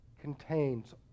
contains